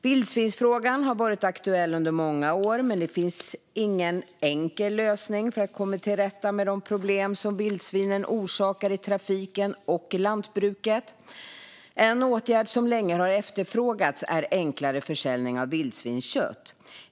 Vildsvinsfrågan har varit aktuell under många år, men det finns ingen enkel lösning för att komma till rätta med de problem som vildsvinen orsakar i trafiken och lantbruket. En åtgärd som länge har efterfrågats är enklare försäljning av vildsvinskött.